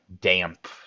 damp